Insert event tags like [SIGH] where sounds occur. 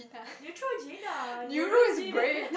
Neutrogena neurogen [LAUGHS]